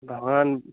भवान्